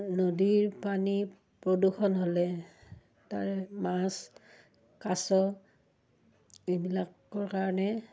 নদীৰ পানী প্ৰদূষণ হ'লে তাৰে মাছ কাচ এইবিলাকৰ কাৰণে